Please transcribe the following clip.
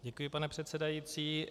Děkuji, pane předsedající.